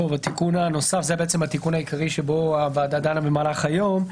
התיקון הנוסף הוא התיקון העיקרי בו הוועדה דנה במהלך היום,